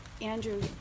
Andrew